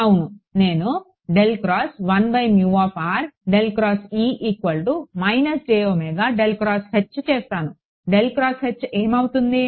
అవును నేను చేస్తాను ఏమవుతుంది